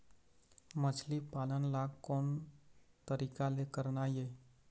मछली पालन ला कोन तरीका ले करना ये?